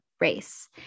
race